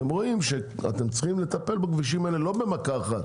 אתם רואים שאתם צריכים לטפל בכבישים האלה לא במכה אחת.